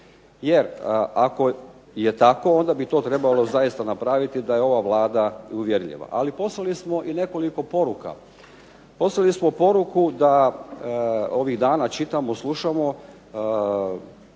Jer ako je tako onda bi to trebalo zaista napraviti da je ova Vlada i uvjerljiva. Ali poslali smo i nekoliko poruka. Poslali smo poruku da, ovih dana čitamo, slušamo